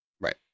Right